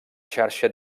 xarxa